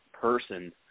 person